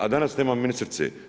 A danas nema ministrice.